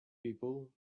people